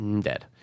dead